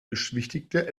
beschwichtigte